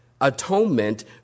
Atonement